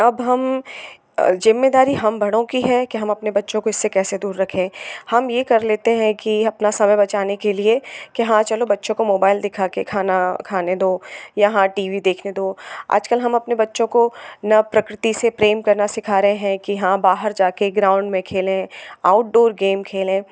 अब हम ज़िम्मेदारी हम बड़ों की है कि हम अपने बच्चों को इसे कैसे दूर रखें हम यह कर लेते हैं कि अपना समय बचाने के लिए कि हाँ चलो बच्चों को मोबाइल दिखा के खाना खाने दो या हाँ टी वी देखने दो आजकल हम अपने बच्चों को न प्रकृति से प्रेम करना सीख रहे हैं कि हाँ बाहर जाके ग्राउंड में खेले आउटडोर गेम खेलें